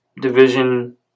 division